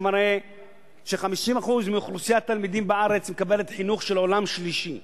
שמראים ש-50% מאוכלוסיית התלמידים בארץ מקבלת חינוך של עולם שלישי.